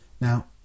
Now